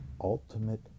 ultimate